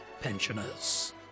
pensioners